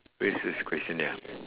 what is this questionnaire ah